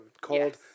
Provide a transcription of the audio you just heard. called